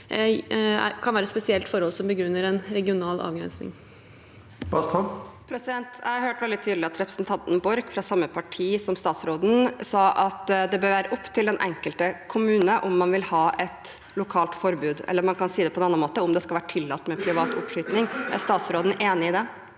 kan ikke være et spesielt forhold som begrunner en regional avgrensning. Une Bastholm (MDG) Jeg hørte veldig tydelig at representanten Borch, fra samme parti som statsråden, sa at det bør være opp til den enkelte kommune om man vil ha et lokalt forbud – eller man kan si det på en annen måte, om det skal være tillatt med privat oppskyting. Er statsråden enig i det?